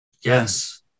Yes